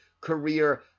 career